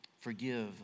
forgive